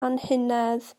anhunedd